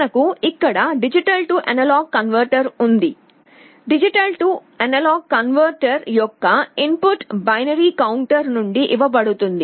మనకు ఇక్కడ D A converter ఉంది D A కన్వర్టర్ యొక్క ఇన్ పుట్ బైనరీ కౌంటర్ నుండి ఇవ్వబడుతుంది